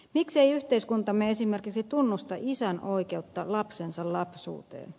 miksei yhteiskuntamme esimerkiksi tunnusta isän oikeutta lapsensa lapsuuteen